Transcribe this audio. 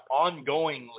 ongoingly